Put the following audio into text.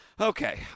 Okay